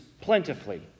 plentifully